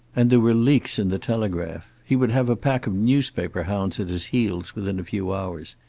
and there were leaks in the telegraph. he would have a pack of newspaper hounds at his heels within a few hours.